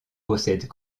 possède